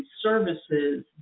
services